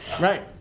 right